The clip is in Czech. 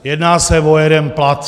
Jedná se o jeden plat.